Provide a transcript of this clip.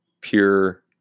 pure